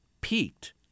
peaked